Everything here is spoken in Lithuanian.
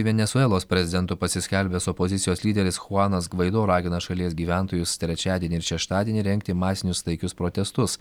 venesuelos prezidentu pasiskelbęs opozicijos lyderis chuanas gvaido ragina šalies gyventojus trečiadienį ir šeštadienį rengti masinius taikius protestus